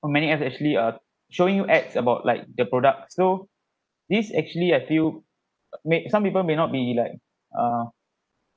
for many app actually uh showing you ads about like the product so this actually I feel make some people may not be like uh